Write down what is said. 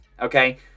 Okay